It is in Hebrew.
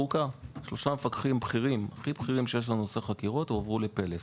שלושה מפקחים הכי בכירים שיש לנו לצורכי חקירות הועברו ל"פלס"